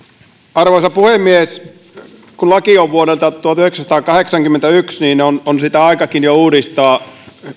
arvoisa puhemies kun laki on vuodelta tuhatyhdeksänsataakahdeksankymmentäyksi niin on on sitä aikakin jo uudistaa